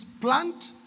plant